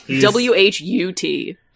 W-H-U-T